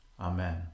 Amen